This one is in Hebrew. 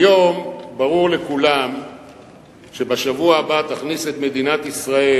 היום ברור לכולם שבשבוע הבא תכניס את מדינת ישראל